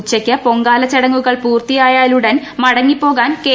ഉച്ചക്ക് പൊങ്കാല ചടങ്ങുകൾ പൂർത്തിയായാലുടൻ മടങ്ങിപ്പോകാൻ കെ